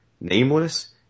Nameless